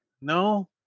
no